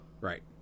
Right